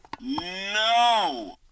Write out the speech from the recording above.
No